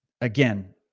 again